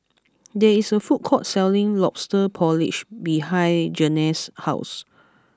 there is a food court selling Lobster Porridge behind Janae's house